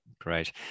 great